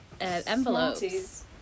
envelopes